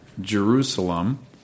Jerusalem